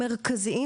מרכזיים,